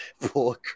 Poor